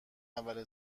اول